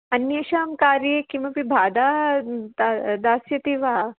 अन्येषां कार्ये किमपि बाधा दातुं दास्यति वा